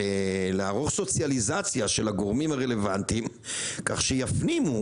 לערוך סוציאליזציה של הגורמים הרלוונטיים כך שיפנימו